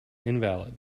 invalid